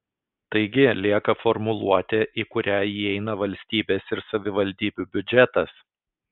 taigi lieka formuluotė į kurią įeina valstybės ir savivaldybių biudžetas